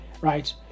right